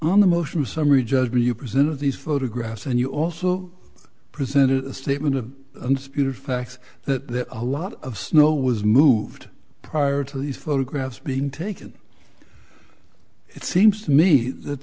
the motion summary judgment you presented these photographs and you also presented a statement of facts that a lot of snow was moved prior to these photographs being taken it seems to me that